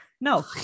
No